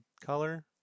color